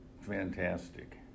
fantastic